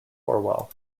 orwell